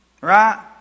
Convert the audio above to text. Right